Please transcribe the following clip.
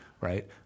right